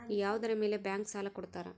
ಯಾವುದರ ಮೇಲೆ ಬ್ಯಾಂಕ್ ಸಾಲ ಕೊಡ್ತಾರ?